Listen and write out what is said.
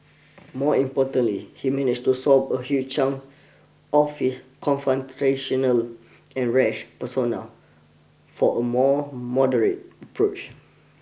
more importantly he managed to swap a huge chunk of his confrontational and rash persona for a more moderate approach